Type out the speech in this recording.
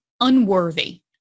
unworthy